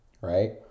right